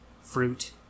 fruit